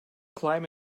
climb